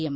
M